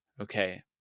Okay